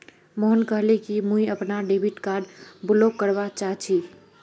मोहन कहले कि मुई अपनार डेबिट कार्ड ब्लॉक करवा चाह छि